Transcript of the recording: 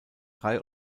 drei